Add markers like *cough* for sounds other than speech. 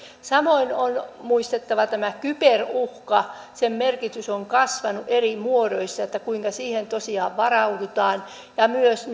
samoin on muistettava tämä kyberuhka sen merkitys on kasvanut eri muodoissa kuinka siihen tosiaan varaudutaan ja myös *unintelligible*